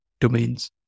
domains